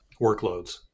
workloads